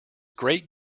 great